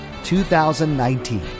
2019